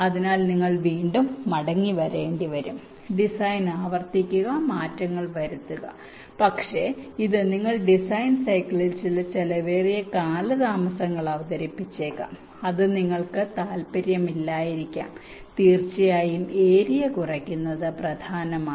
അതിനാൽ നിങ്ങൾ വീണ്ടും മടങ്ങിവരേണ്ടിവരും ഡിസൈൻ ആവർത്തിക്കുക മാറ്റങ്ങൾ വരുത്തുക പക്ഷേ ഇത് നിങ്ങൾ ഡിസൈൻ സൈക്കിളിൽ ചില ചെലവേറിയ കാലതാമസങ്ങൾ അവതരിപ്പിച്ചേക്കാം അത് നിങ്ങൾക്ക് താൽപ്പര്യമില്ലായിരിക്കാം തീർച്ചയായും ഏരിയ കുറയ്ക്കുന്നത് പ്രധാനമാണ്